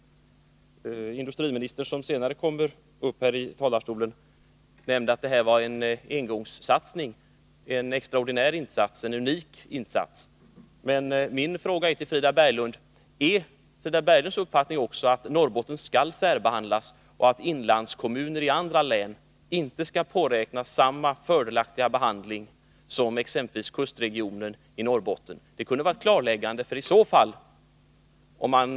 Industriministern, som senare kommer att hålla ett anförande från denna talarstol, har sagt att det här är en engångssatsning, en extraordinär och unik insats. Min fråga till Frida Berglund är om Norrbotten enligt hennes uppfattning skall särbehandlas och att inlandskommuner i andra län inte skall påräkna samma förmånliga behandling som exempelvis kustregionen i Norrbotten. Det vore intressant att få detta klarlagt.